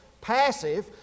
passive